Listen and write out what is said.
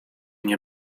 nie